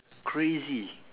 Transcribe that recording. crazy